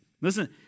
Listen